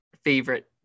favorite